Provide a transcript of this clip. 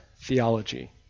theology